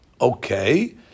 Okay